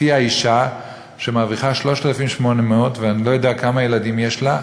הופיעה אישה שמרוויחה 3,800. אני לא יודע כמה ילדים יש לה,